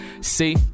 See